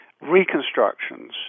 reconstructions